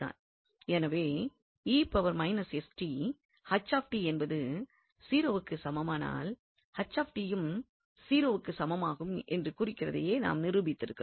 எனவே 𝑒−𝑠𝑡ℎ𝑡 என்பது 0 க்கு சமமானால் ℎ𝑡 யும் 0 க்கு சமமாகும் என்று குறிப்பதையே நாம் நிரூபித்திருக்கிறோம்